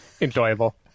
enjoyable